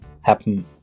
happen